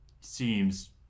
seems